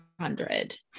hundred